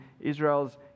Israel's